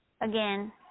again